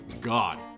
god